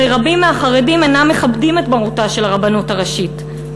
הרי רבים מהחרדים אינם מכבדים את מרותה של הרבנות הראשית,